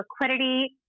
liquidity